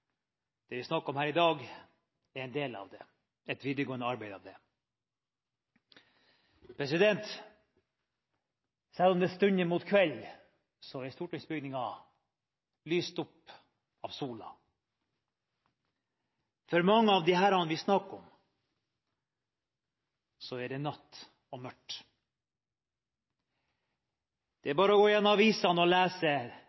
Det vi snakker om her i dag, er en del av det, det er et videregående arbeid med det. Selv om det stunder mot kveld, er stortingsbygningen lyst opp av sola. For mange av disse vi snakker om, er det natt og